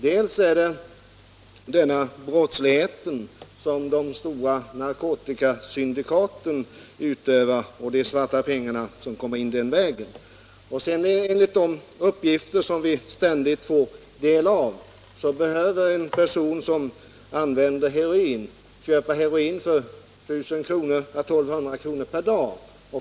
Det gäller dels den brottslighet som de stora narkotikasyndikaten utövar och de svarta pengar som kommer in den vägen, dels den brottslighet som har sin grund i missbruket. Enligt de uppgifter som vi ständigt får del av behöver en person som använder heroin köpa heroin för 1 000-1 200 kronor per dygn.